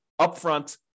upfront